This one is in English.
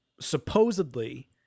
supposedly